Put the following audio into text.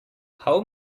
how